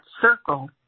circle